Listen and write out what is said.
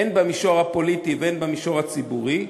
הן במישור הפוליטי והן במישור הציבורי,